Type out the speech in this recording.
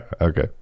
okay